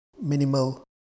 minimal